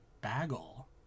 bagel